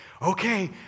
Okay